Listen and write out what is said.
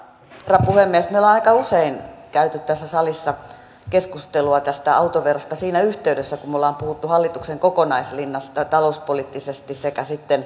me olemme aika usein käyneet tässä salissa keskustelua tästä autoverosta siinä yhteydessä kun me olemme puhuneet hallituksen kokonaislinjasta sekä talouspoliittisesti että sitten arvovalinnoista